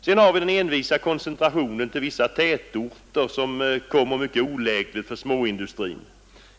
Sedan har vi den envisa koncentrationen till vissa tätorter som kan bli mycket oläglig för småindustrin.